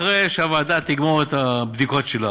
אחרי שהוועדה תגמור את הבדיקות שלה